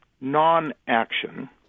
non-action